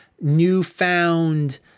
newfound